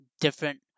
Different